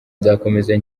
nzakomeza